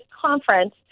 conference